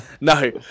No